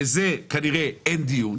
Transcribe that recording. וזה כנראה אין דיון,